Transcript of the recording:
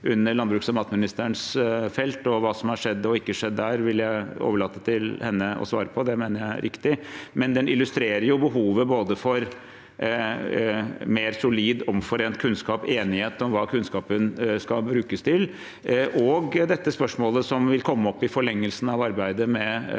under landbruks- og matministerens felt, og hva som har skjedd og ikke skjedd der, vil jeg overlate til henne å svare på. Det mener jeg er riktig, men saken illustrerer behovet for mer solid, omforent kunnskap og enighet om hva kunnskapen skal brukes til. Dette spørsmålet vil komme opp i forlengelsen av arbeidet med